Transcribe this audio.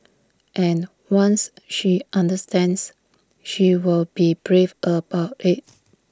and once she understands she will be brave about IT